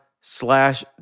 slash